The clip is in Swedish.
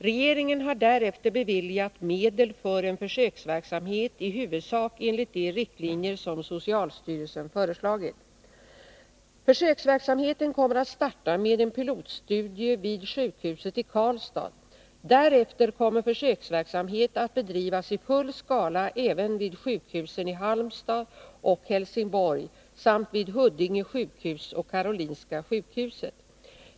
Regeringen har därefter beviljat medel för en försöksverksamhet i huvudsak enligt de riktlinjer som socialstyrelsen föreslagit. Försöksverksamheten kommer att starta med en pilotstudie vid sjukhuset i Karlstad. Därefter kommer försöksverksamhet att bedrivas i full skala även vid sjukhusen i Halmstad och Helsingborg samt vid Huddinge sjukhus och Karolinska sjukhuset.